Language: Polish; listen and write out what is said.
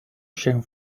się